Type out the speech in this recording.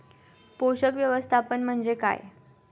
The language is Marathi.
पोषक व्यवस्थापन म्हणजे काय?